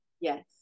Yes